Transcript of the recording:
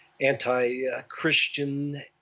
anti-christian